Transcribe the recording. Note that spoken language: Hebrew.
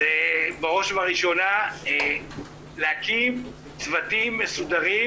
בראש ובראשונה יש להקים צוותים מסודרים